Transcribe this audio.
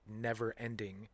never-ending